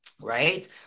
Right